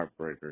heartbreaker